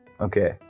okay